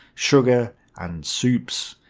sugar and soups.